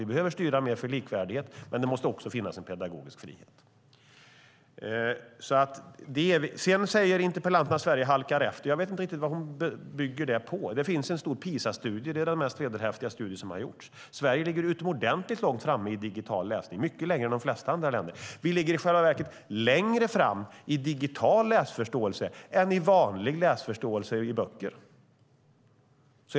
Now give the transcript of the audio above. Vi behöver styra mer för likvärdighet. Men det måste också finnas en pedagogisk frihet. Sedan säger interpellanten att Sverige halkar efter. Jag vet inte riktigt vad hon bygger det på. Det finns en stor PISA-studie - det är den mest vederhäftiga studie som har gjorts - som visar att Sverige ligger utomordentligt långt fram i fråga om digital läsning, mycket längre fram än de flesta andra länder. Vi ligger i själva verket längre fram i fråga om digital läsförståelse än i fråga om vanlig läsförståelse, alltså läsning av böcker.